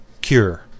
cure